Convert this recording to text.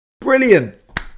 Brilliant